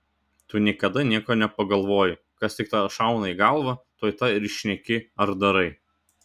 tu niekada nieko nepagalvoji kas tik tau šauna į galvą tuoj tą ir šneki ar darai